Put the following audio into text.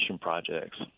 projects